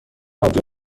آبجو